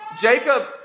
Jacob